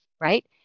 Right